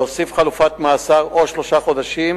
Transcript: להוסיף חלופת מאסר של שלושה חודשים,